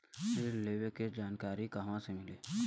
ऋण लेवे के जानकारी कहवा से मिली?